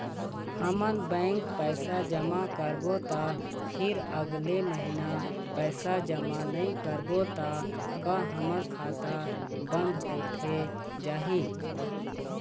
हमन बैंक पैसा जमा करबो ता फिर अगले महीना पैसा जमा नई करबो ता का हमर खाता बंद होथे जाही?